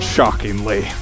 Shockingly